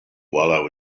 while